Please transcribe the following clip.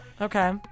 Okay